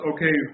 Okay